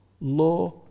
law